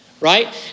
right